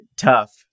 Tough